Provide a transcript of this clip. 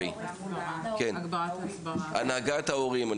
הנהגת ההורים.